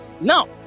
Now